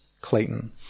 Clayton